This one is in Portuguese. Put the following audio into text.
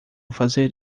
fazer